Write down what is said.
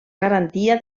garantia